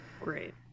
Great